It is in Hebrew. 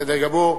בסדר גמור.